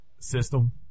system